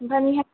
ओमफ्रायनिहाय